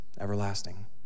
everlasting